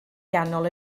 ganol